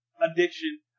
addiction